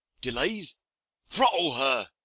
delays throttle her.